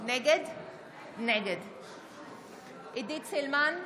נגד עידית סילמן,